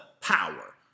power